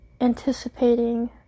anticipating